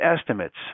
estimates